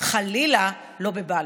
חלילה לא בבלפור.